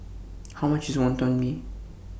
How much IS Wantan Mee